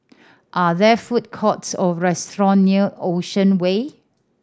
are there food courts or restaurant near Ocean Way